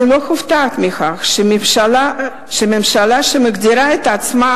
אני לא מופתעת מכך שממשלה שמגדירה את עצמה